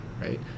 right